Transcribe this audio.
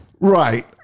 right